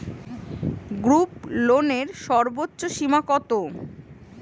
গ্রুপলোনের সর্বোচ্চ সীমা কত?